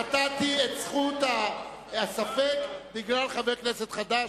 נתתי את זכות הספק בגלל "חבר כנסת חדש".